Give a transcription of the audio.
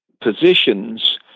positions